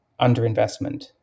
underinvestment